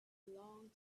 long